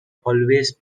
always